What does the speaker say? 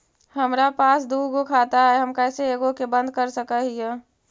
हमरा पास दु गो खाता हैं, हम कैसे एगो के बंद कर सक हिय?